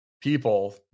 people